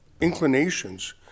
inclinations